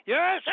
Yes